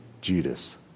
Judas